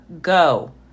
go